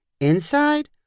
inside